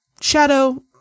Shadow